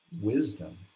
wisdom